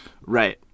Right